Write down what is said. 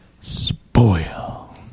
spoil